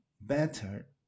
better